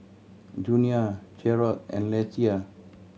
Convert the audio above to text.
Junia Jerrod and Lethia